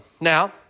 Now